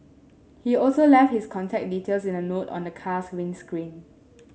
he also left his contact details in a note on the car's windscreen